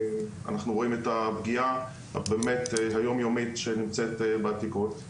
אנחנו רואים את הפגיעה באמת היום יומית שנמצאת בעתיקות.